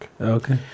Okay